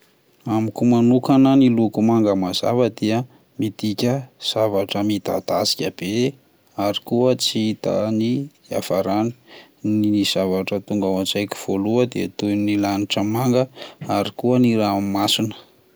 Amiko manokana ny loka manga mazava dia midika zavatra midadasika be ary koa tsy hita ny hiafarany, ny zavatra tonga ao an-tsaiko voalohany dia toy ny lanitra manga ary koa ny ranomasina.